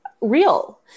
real